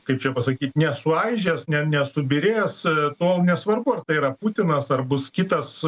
kaip čia pasakyt nesuaižės ne ne nesubyrės tol nesvarbu ar tai yra putinas ar bus kitas